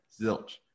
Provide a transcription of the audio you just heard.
zilch